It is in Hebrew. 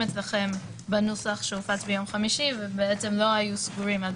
אצלכם בנוסח שהופץ ביום חמישי ובעצם לא היו סגורים עד